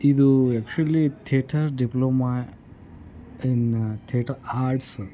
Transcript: ಇದು actually theatre diploma in theatre arts